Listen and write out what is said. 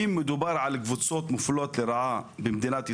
אם מדובר על קבוצות מופלות לרעה במדינת ישראל,